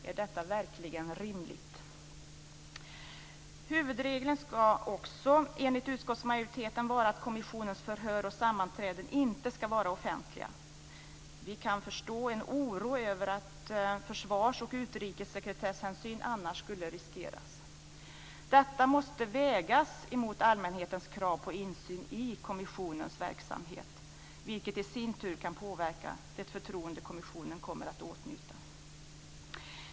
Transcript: Är detta verkligen rimligt? Huvudregeln ska enligt utskottsmajoriteten vara att kommissionens förhör och sammanträden inte ska vara offentliga. Vi kan förstå en oro över att försvarsoch utrikessekretesshänsyn annars skulle riskeras. Detta måste vägas mot allmänhetens krav på insyn i kommissionens verksamhet, vilket i sin tur kan påverka det förtroende som kommissionen kommer att åtnjuta.